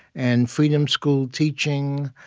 and freedom school teaching,